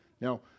now